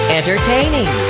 entertaining